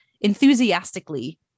enthusiastically